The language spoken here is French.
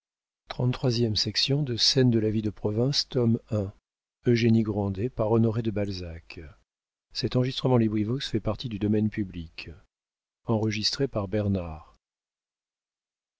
de scène de la vie de province tome i author honoré de balzac